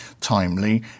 timely